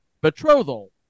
Betrothal